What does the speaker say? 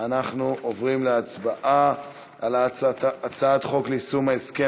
אנחנו עוברים להצבעה על הצעת חוק ליישום ההסכם